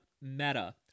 meta